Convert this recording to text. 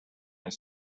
its